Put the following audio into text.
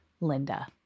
Linda